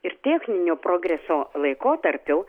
ir techninio progreso laikotarpiu